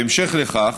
בהמשך לכך,